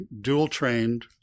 dual-trained